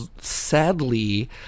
Sadly